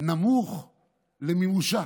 נמוך למימושה.